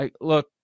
Look